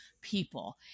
people